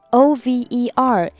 over